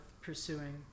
pursuing